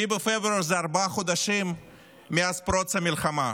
7 בפברואר זה ארבעה חודשים מאז פרוץ המלחמה,